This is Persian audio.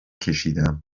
کشیدم